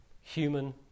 human